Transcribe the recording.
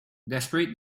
desperate